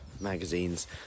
magazines